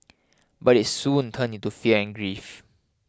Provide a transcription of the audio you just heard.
but it soon turned into fear and grief